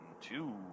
two